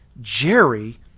Jerry